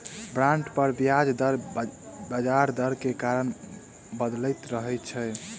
bond पर ब्याज दर बजार दर के कारण बदलैत रहै छै